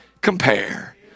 compare